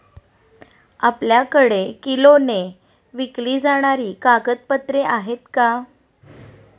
आपल्याकडे किलोने विकली जाणारी कागदपत्रे आहेत का?